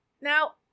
Now